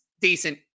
decent